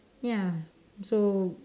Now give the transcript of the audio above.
ya so